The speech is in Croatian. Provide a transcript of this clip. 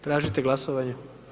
Tražite glasovanje?